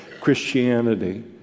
Christianity